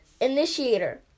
initiator